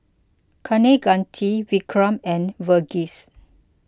Kaneganti Vikram and Verghese